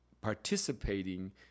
participating